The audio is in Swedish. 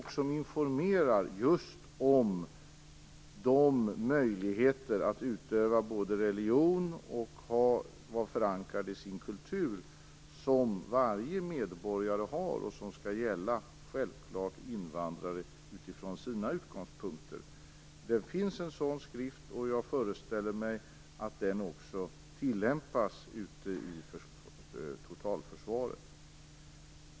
Den informerar just om de möjligheter att utöva religion och vara förankrad i sin kultur som varje medborgare har och som självfallet skall gälla invandrare utifrån deras utgångspunkter. Det finns en sådan skrift, och jag föreställer mig att den också används ute i totalförsvaret.